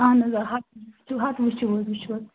اَہن حظ آ حظ وٕچھِو حظ وٕچھِو حظ